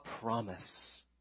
promise